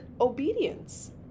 obedience